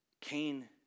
Cain